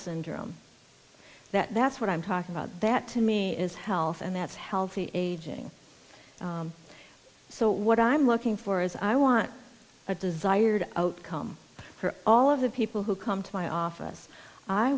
syndrome that that's what i'm talking about that to me is healthy and that's healthy aging so what i'm looking for is i want a desired outcome for all of the people who come to my office i